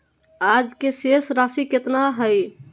आज के शेष राशि केतना हइ?